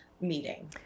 meeting